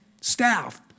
staff